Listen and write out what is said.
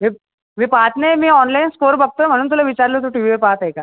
हे मी पाहत नाही मी ऑनलाईन स्कोर बघतो आहे म्हणून तुला विचारलं तू टी वीवर पाहत आहे का